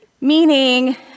Meaning